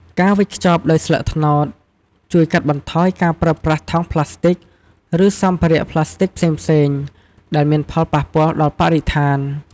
ការវេចខ្ចប់ដោយស្លឹកត្នោតជួយកាត់បន្ថយការប្រើប្រាស់ថង់ប្លាស្ទិក ឬសម្ភារៈប្លាស្ទិកផ្សេងៗ ដែលមានផលប៉ះពាល់ដល់បរិស្ថាន។